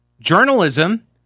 Journalism